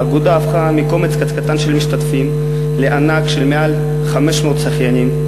האגודה הפכה מקומץ קטן של משתתפים לענק של יותר מ-500 שחיינים.